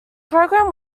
program